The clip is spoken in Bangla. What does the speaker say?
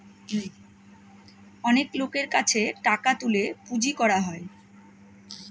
অনেক লোকের কাছে টাকা তুলে পুঁজি করা হয়